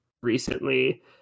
recently